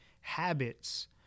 habits